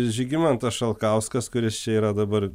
žygimantas šalkauskas kuris čia yra dabar